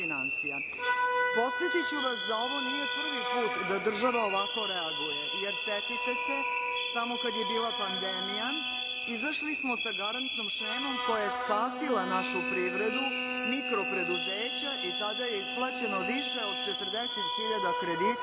vas da ovo nije prvi put da država ovako reaguje jer, setite se, samo kad je bila pandemija izašli smo sa garantnom šemom koja je spasila našu privredu, mikro preduzeća i tada je isplaćeno više od 40.000 kredita